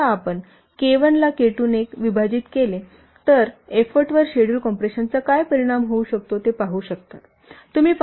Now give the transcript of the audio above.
आता आपण K1 ला K 2 ने काय विभाजित केले तर आपण एफ्फोर्टवर शेड्यूल कॉम्प्रेशनचा काय परिणाम होतो ते पाहू शकता